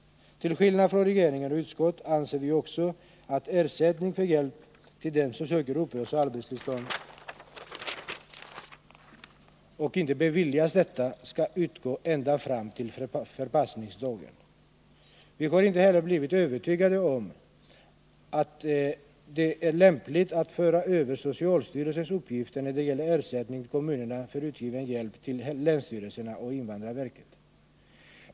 Nr 51 skillnad från regeringen och utskottet anser vi också att ersättning för hjälp Torsdagen den Vi har inte heller blivit övertygade om att det är lämpligt att föra över socialstyrelsens uppgifter, när det gäller ersättning till kommunerna för kommunerna för utgiven hjälp, till länsstyrelserna och invandrarverket.